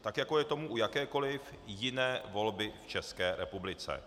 Tak jako je tomu u jakékoli jiné volby v České republice.